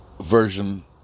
Version